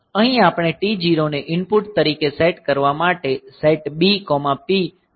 અહીં આપણે T0 ને ઇનપુટ તરીકે સેટ કરવા માટે સેટ B P 3